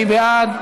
מי בעד?